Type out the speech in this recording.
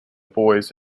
boys